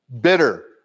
bitter